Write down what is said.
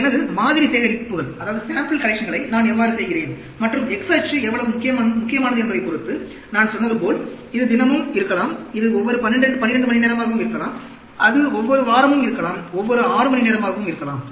எனது மாதிரி சேகரிப்புகளை நான் எவ்வாறு செய்கிறேன் மற்றும் x அச்சு எவ்வளவு முக்கியமானது என்பதைப் பொறுத்து நான் சொன்னது போல் இது தினமும் இருக்கலாம் இது ஒவ்வொரு 12 மணி நேரமாகவும் இருக்கலாம் அது ஒவ்வொரு வாரமும் இருக்கலாம் ஒவ்வொரு 6 மணி நேரமாகவும் இருக்கலாம்